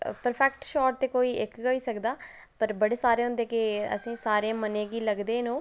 perfect shot ते कोई इक गै होई सकदा पर बड़े सारे होंदे कि असें ई सारें ई मनै गी लगदे न ओह्